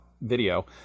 video